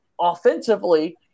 offensively –